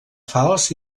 falç